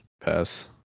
pass